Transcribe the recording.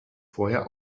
vorher